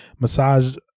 massage